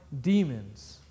Demons